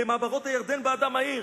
למעברות הירדן באדם העיר,